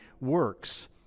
works